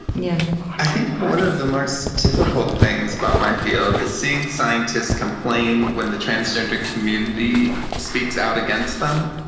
yeah i think one of the most difficult things about my field is seeing scientists complain when the transgender community speaks out against them.